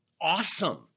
Awesome